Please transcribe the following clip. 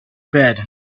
bed